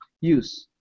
use